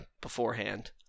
beforehand